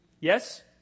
Yes